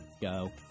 Go